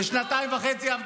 ושנתיים וחצי,